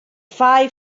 five